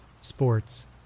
sports